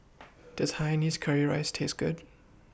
Does Hainanese Curry Rice Taste Good